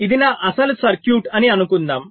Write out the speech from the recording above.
ఇది నా అసలు సర్క్యూట్ అని అనుకుందాం